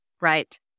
right